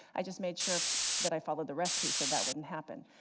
i just made sure that i followed the recipe so that wouldn't happen.